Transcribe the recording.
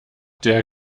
der